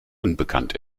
unbekannt